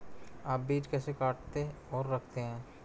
आप बीज कैसे काटते और रखते हैं?